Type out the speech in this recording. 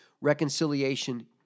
reconciliation